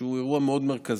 שהוא אירוע מאוד מרכזי.